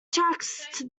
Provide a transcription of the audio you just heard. tracks